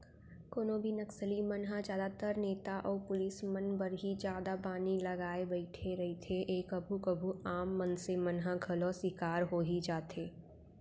कोनो भी नक्सली मन ह जादातर नेता अउ पुलिस मन बर ही जादा बानी लगाय बइठे रहिथे ए कभू कभू आम मनसे मन ह घलौ सिकार होई जाथे